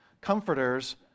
comforters